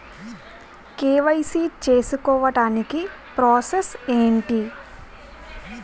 KYC చేసుకోవటానికి process ఏంటి?